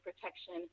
protection